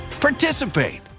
participate